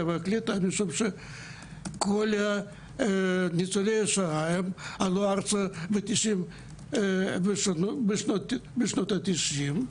והקליטה משום שכל ניצולי השואה הם עלו ארצה בשנות ה-90,